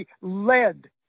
led